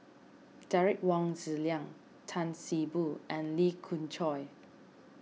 Derek Wong Zi Liang Tan See Boo and Lee Khoon Choy